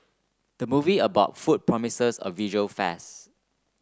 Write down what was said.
the movie about food promises a visual feasts